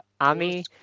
Ami